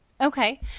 Okay